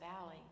valley